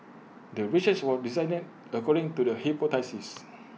the research was designed according to the hypothesis